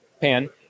pan